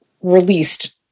released